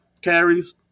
carries